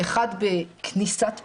אחד בקניסת פנימייה,